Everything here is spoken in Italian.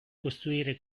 costruire